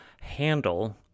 handle